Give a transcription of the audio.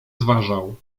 zważał